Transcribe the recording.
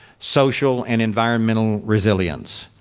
social and environmental resilience.